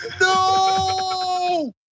no